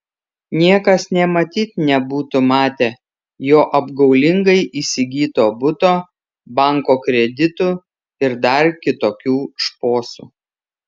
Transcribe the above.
niekas nė matyt nebūtų matę jo apgaulingai įsigyto buto banko kreditų ir dar kitokių šposų